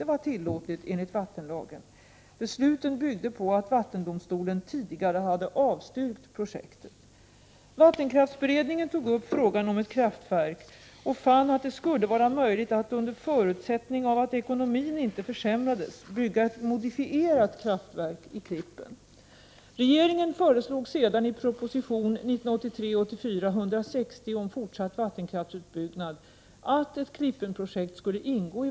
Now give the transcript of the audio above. Vattenkraftsberedningen tog upp frågan om ett kraftverk och fann att det skulle vara möjligt att, under förutsättning av att ekonomin inte försämrades, bygga ett modifierat kraftverk i Klippen.